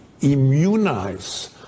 immunize